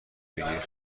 بگیر